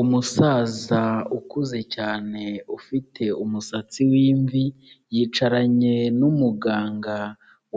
Umusaza ukuze cyane ufite umusatsi w'imvi yicaranye n'umuganga